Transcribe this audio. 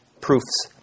proofs